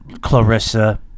Clarissa